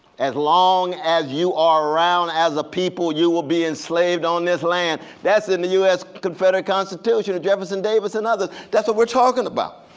as long as you are around as a people you will be enslaved on this land. that's in the u s. confederate constitution of jefferson davis and others. that's what we're talking about.